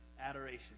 Adoration